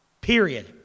period